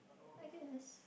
I guess